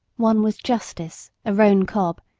one was justice, a roan cob,